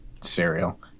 cereal